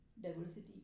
diversity